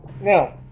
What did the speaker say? now